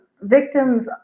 victims